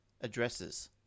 addresses